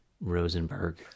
Rosenberg